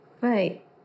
Right